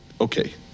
Okay